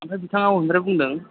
आमफ्राय बिथाङा अबेनिफ्राय बुंदों